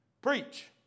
preach